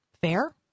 fair